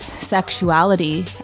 sexuality